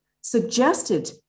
suggested